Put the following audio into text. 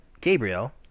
Gabriel